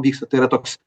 vyksta tai yra toks